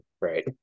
right